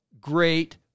great